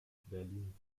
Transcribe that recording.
berlin